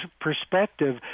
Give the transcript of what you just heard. perspective